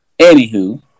Anywho